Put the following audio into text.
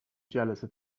جلسه